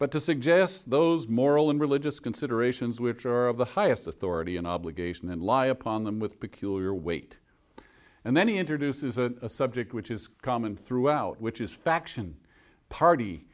but to suggest those moral and religious considerations which are of the highest authority an obligation and lie upon them with because you are wait and then he introduces a subject which is common throughout which is faction party